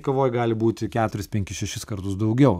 kavoj gali būti keturis penkis šešis kartus daugiau